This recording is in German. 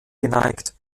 geneigt